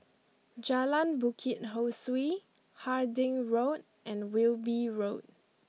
Jalan Bukit Ho Swee Harding Road and Wilby Road